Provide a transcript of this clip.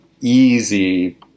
easy